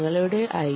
നിങ്ങളുടെ ഐ